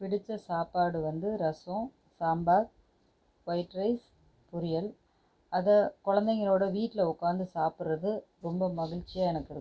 பிடிச்ச சாப்பாடு வந்து ரசம் சாம்பார் ஒயிட் ரைஸ் பொரியல் அதை குழந்தைங்களோட வீட்டில் உட்கார்ந்து சாப்பிடுறது ரொம்ப மகிழ்ச்சியா எனக்கு இருக்கும்